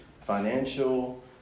financial